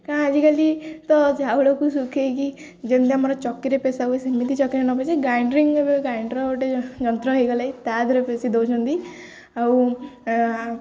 କା ଆଜିକାଲି ତ ଚାଉଳକୁ ଶୁଖାଇକି ଯେମିତି ଆମର ଚକିରେ ପେେଶା ହୁଏ ସେମିତି ଚକିରେ ନ ପେଶେ ଗ୍ରାଇଣ୍ଡିଙ୍ଗ୍ ଗ୍ରାଇଣ୍ଡର୍ ଗୋଟେ ଯନ୍ତ୍ର ହୋଇଗଲେ ତା' ଦେହରେ ପେଶି ଦେଉଛନ୍ତି ଆଉ